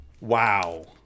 Wow